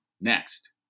next